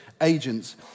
agents